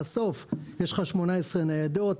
בסוף יש לך 18 ניידות,